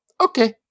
okay